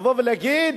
לבוא ולהגיד,